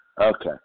Okay